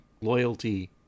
loyalty